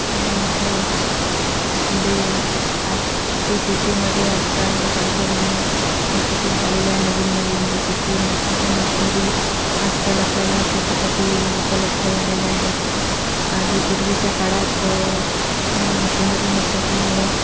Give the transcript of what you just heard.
आणि इथे जे आज जे शेतीमध्ये आजकाल जे तंत्रज्ञान विकसित झालेले आहे नवीन नवीन जसे की की मोठमोठ्या मशिनरी आजकाल आपल्याला शेतीसाठी उपलब्ध झालेल्या आहेत आधी पूर्वीच्या काळात ह्या मशिनरी नव्हत्या त्यामुळे